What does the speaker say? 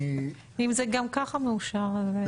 אם זה גם ככה מאושר אז.